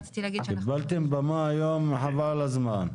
קיבלתם במה היום, חבל על הזמן.